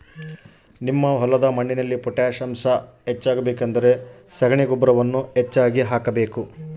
ನಮ್ಮ ಹೊಲದ ಮಣ್ಣಿನಲ್ಲಿ ಪೊಟ್ಯಾಷ್ ಅಂಶದ ಕೊರತೆ ಹೆಚ್ಚಾಗಿದ್ದು ಅದನ್ನು ವೃದ್ಧಿಸಲು ಏನು ಮಾಡಬೇಕು?